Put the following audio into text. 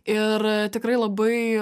ir tikrai labai